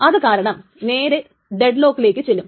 അത് കാരണം നേരെ ഡെഡ് ലോക്കിലേക്ക് ചെല്ലും